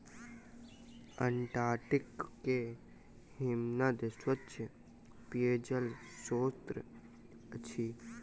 Antarctica के हिमनद स्वच्छ पेयजलक स्त्रोत अछि